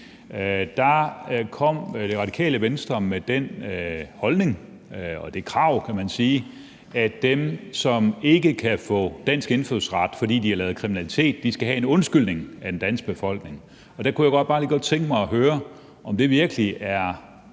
Det Radikale Venstre kom med den holdning og det krav, kan man sige, at dem, som ikke kan få dansk indfødsret, fordi de har lavet kriminalitet, skal have en undskyldning af den danske befolkning, og der kunne jeg bare godt lige tænke mig at høre, om det virkelig er